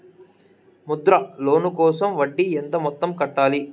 Mudra loan కోసం వడ్డీ ఎంత మొత్తం కట్టాలి